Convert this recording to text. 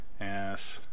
Yes